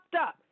up